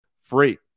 free